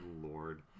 lord